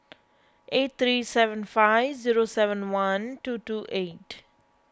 eight three seven five zero seven one two two eight